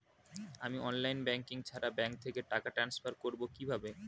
আমি online banking ছাড়া bank থেকে টাকা ট্রান্সফার করবো কিভাবে?